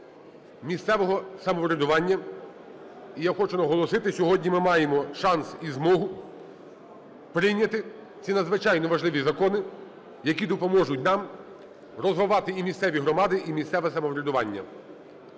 місцевого самоврядування. І я хочу наголосити: сьогодні ми маємо шанс і змогу прийняти ці, надзвичайно важливі закони, які допоможуть нам розвивати і місцеві громади, і місцеве самоврядування.